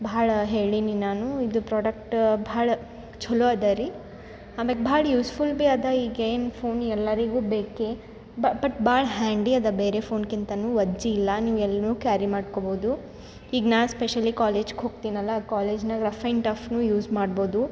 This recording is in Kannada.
ಭಾಳ ಹೇಳಿನಿ ನಾನು ಇದು ಪ್ರಾಡಕ್ಟ್ ಭಾಳ ಚೊಲೋ ಅದ ರೀ ಅಮ್ಯಾಗ ಭಾಳ ಯೂಸ್ಫುಲ್ ಬಿ ಅದ ಈಗ ಏನು ಫೋನ್ ಎಲ್ಲರಿಗು ಬೇಕೇ ಬಟ್ ಭಾಳ್ ಹ್ಯಾಂಡಿ ಅದ ಬೇರೆ ಫೋನ್ಕ್ಕಿಂತ ವಜ್ಜಿ ಇಲ್ಲ ನೀವು ಎಲ್ಲಿನು ಕ್ಯಾರಿ ಮಾಡ್ಕೊಬೋದು ಈಗ ನಾ ಸ್ಪೆಷಲಿ ಕಾಲೇಜ್ಗೆ ಹೋಗ್ತಿನಿ ಅಲ ಕಾಲೇಜ್ನಾಗ ರಫ್ ಆ್ಯಂಡ್ ಟಫ್ನು ಯೂಸ್ ಮಾಡ್ಬೋದು